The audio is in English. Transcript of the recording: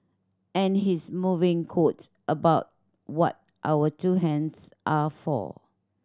and his moving quote about what our two hands are for